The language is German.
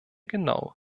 genau